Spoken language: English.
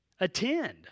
Attend